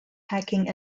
hacking